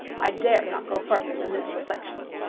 i dared not go farther than this reflection.